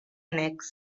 annex